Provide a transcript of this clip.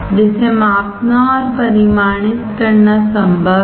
जिसे मापना और परिमाणित करना संभव है